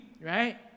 right